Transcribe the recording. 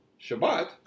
Shabbat